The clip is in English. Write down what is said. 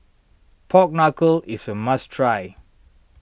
Pork Knuckle is a must try